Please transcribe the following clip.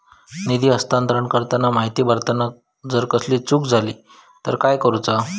निधी हस्तांतरण करताना माहिती भरताना जर कसलीय चूक जाली तर काय करूचा?